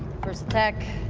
first attack